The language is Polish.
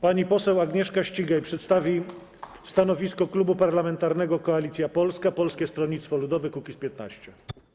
Pani poseł Agnieszka Ścigaj przedstawi stanowisko Klubu Parlamentarnego Koalicja Polska - Polskie Stronnictwo Ludowe - Kukiz15.